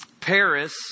Paris